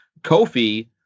kofi